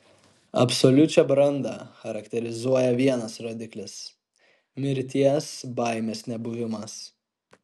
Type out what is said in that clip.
absoliučią brandą charakterizuoja vienas rodiklis mirties baimės nebuvimas